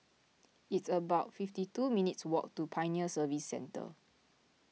it's about fifty two minutes' walk to Pioneer Service Centre